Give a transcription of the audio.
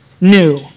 new